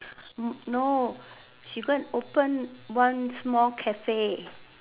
no she go and open one small Cafe